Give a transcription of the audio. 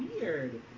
weird